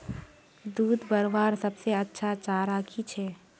दूध बढ़वार सबसे अच्छा चारा की छे?